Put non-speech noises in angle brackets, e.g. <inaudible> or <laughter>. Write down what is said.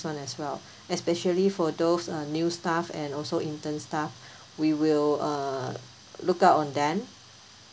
one as well especially for those uh new staff and also intern staff <breath> we will uh look out on them